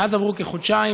מאז עברו כחודשיים,